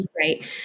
right